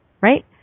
Right